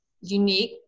unique